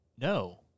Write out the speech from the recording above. No